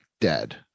dead